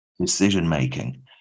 Decision-making